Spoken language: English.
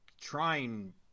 trying